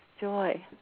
joy